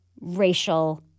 racial